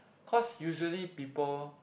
cause usually people